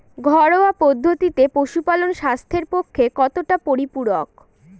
ঘরোয়া পদ্ধতিতে পশুপালন স্বাস্থ্যের পক্ষে কতটা পরিপূরক?